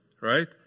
right